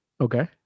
okay